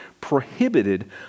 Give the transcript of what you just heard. prohibited